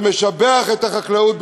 שמשבח את החקלאות,